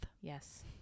Yes